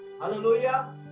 hallelujah